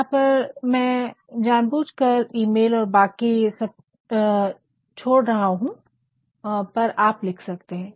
यहाँ पर मैं जानबूझ कर ईमेल और बाकि सब छोड़ दिया है पर आपको लिख सकते है